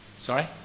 Sorry